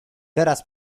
teraz